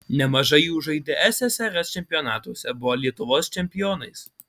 nemažai jų žaidė ssrs čempionatuose buvo lietuvos čempionais